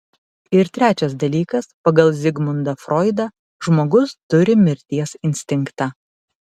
ir trečias dalykas pagal zigmundą froidą žmogus turi mirties instinktą